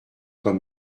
quand